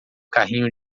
carrinho